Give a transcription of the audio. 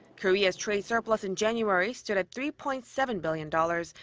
korea's trade surplus in january stood at three point seven billion dollars,